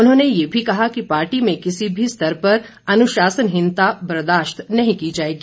उन्होंने ये भी कहा कि पार्टी में किसी भी स्तर पर अनुशासनहीनता बर्दाशत नहीं की जाएगी